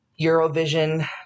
Eurovision